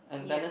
yeah